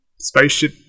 spaceship